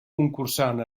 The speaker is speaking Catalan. concursant